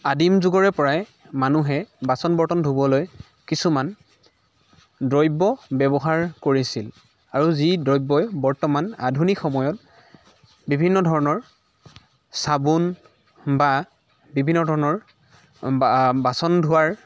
আদিম যুগৰে পৰাই মানুহে বাচন বৰ্তন ধুবলৈ কিছুমান দ্ৰব্য ব্যৱহাৰ কৰিছিল আৰু যি দ্ৰব্যই বৰ্তমান আধুনিক সময়ত বিভিন্ন ধৰণৰ চাবোন বা বিভিন্ন ধৰণৰ বা বাচন ধোৱাৰ